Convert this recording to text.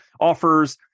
offers